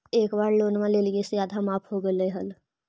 एक बार लोनवा लेलियै से आधा माफ हो गेले हल?